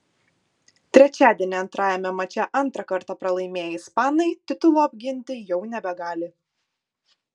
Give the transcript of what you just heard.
trečiadienį antrajame mače antrą kartą pralaimėję ispanai titulo apginti jau nebegali